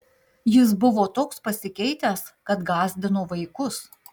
jis buvo toks pasikeitęs kad gąsdino vaikus